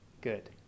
Good